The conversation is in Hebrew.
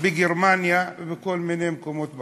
בגרמניה ובכל מיני מקומות בעולם.